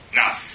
Now